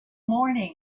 morning